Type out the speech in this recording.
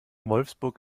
wolfsburg